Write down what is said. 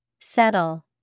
settle